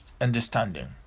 understanding